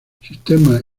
sistemas